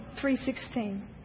3.16